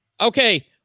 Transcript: Okay